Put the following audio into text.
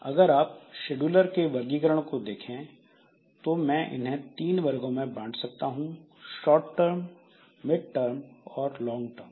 अगर आप शेड्यूलर के वर्गीकरण को देखें तो मैं इन्हें तीन वर्गों में बांट सकता हूं शॉर्ट टर्म मिड टर्म और लॉन्ग टर्म